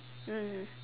mm